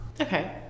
Okay